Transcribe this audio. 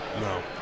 No